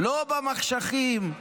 לא במחשכים,